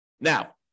Now